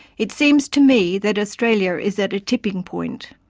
it seems to me that australia is at a tipping point.